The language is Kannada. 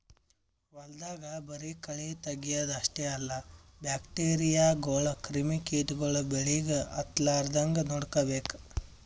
ಹೊಲ್ದಾಗ ಬರಿ ಕಳಿ ತಗ್ಯಾದ್ ಅಷ್ಟೇ ಅಲ್ಲ ಬ್ಯಾಕ್ಟೀರಿಯಾಗೋಳು ಕ್ರಿಮಿ ಕಿಟಗೊಳು ಬೆಳಿಗ್ ಹತ್ತಲಾರದಂಗ್ ನೋಡ್ಕೋಬೇಕ್